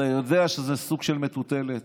אתה יודע שזה סוג של מטוטלת,